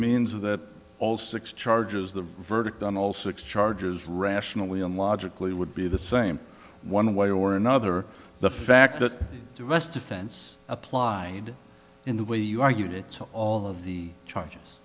means that all six charges the verdict on all six charges rationally and logically would be the same one way or another the fact that the rest defense applied in the way you argued it so all of the charge